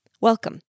Welcome